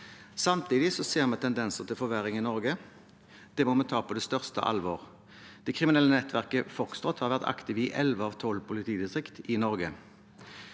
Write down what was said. Samtidig ser vi tendenser til forverring i Norge. Det må vi ta på det største alvor. Det kriminelle nettverket Foxtrot har vært aktivt i 11 av 12 politidistrikt i Norge.